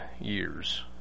years